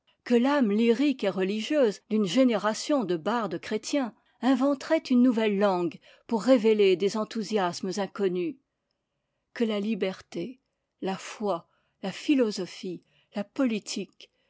que l'ame lyrique et religieuse d'une génération de bardes chrétiens inventerait une nouvelle langue pour révéler des enthousiasmes inconnus que la liberté la foi la philosophie la politique